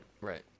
Right